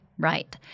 Right